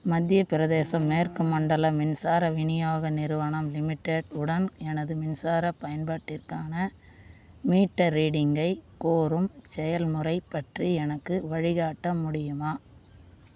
மத்திய பிரதேசம் மேற்கு மண்டல மின்சார விநியோக நிறுவனம் லிமிடெட் உடன் எனது மின்சார பயன்பாட்டிற்கான மீட்டர் ரீடிங்கைக் கோரும் செயல்முறை பற்றி எனக்கு வழிகாட்ட முடியுமா